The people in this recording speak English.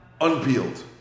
unpeeled